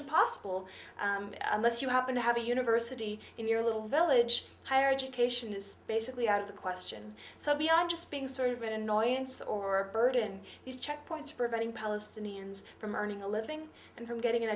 impossible unless you happen to have a university in your little village higher education is basically out of the question so beyond just being sort of an annoyance or a burden these checkpoints preventing palestinians from earning a living and from getting an